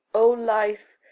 o life,